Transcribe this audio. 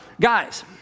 guys